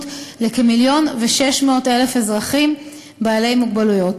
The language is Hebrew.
של כ-1.6 מיליון אזרחים בעלי מוגבלויות.